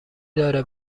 داره